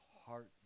heart